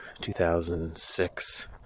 2006